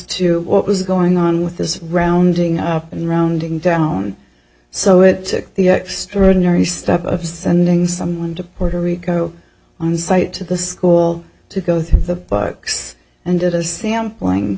to what was going on with this rounding up and rounding down so it took the extraordinary step of sending someone to puerto rico on site to the school to go through the books and did a sampling